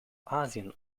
asien